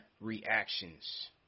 reactions